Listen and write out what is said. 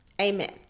Amen